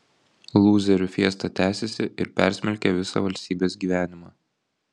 lūzerių fiesta tęsiasi ir persmelkia visą valstybės gyvenimą